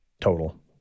total